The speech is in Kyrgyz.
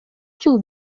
жыл